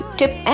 tip